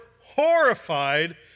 horrified